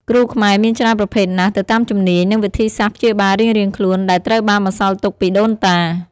គ្រូខ្មែរមានច្រើនប្រភេទណាស់ទៅតាមជំនាញ និងវិធីសាស្ត្រព្យាបាលរៀងៗខ្លួន ដែលត្រូវបានបន្សល់ទុកពីដូនតា។